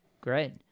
Great